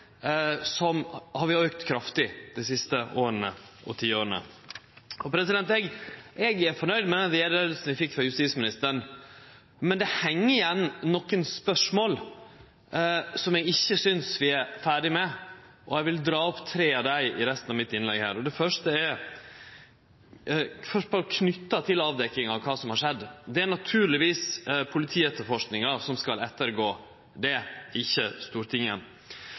har auka kraftig dei siste åra og tiåra. Eg er fornøgd med den utgreiinga vi fekk frå justisministeren, men det heng igjen nokre spørsmål som eg ikkje synest vi er ferdige med, og eg vil dra opp tre av dei i resten av innlegget mitt her. Det første er knytt til avdekkinga av kva som har skjedd. Det er naturlegvis politietterforskinga som skal etterprøve det, ikkje Stortinget.